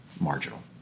marginal